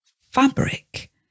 fabric